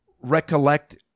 recollect